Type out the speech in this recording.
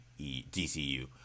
DCU